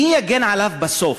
מי יגן עליו בסוף?